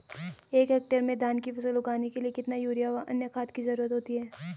एक हेक्टेयर में धान की फसल उगाने के लिए कितना यूरिया व अन्य खाद की जरूरत होती है?